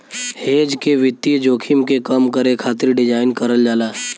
hedge के वित्तीय जोखिम के कम करे खातिर डिज़ाइन करल जाला